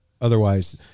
Otherwise